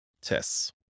tests